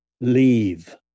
leave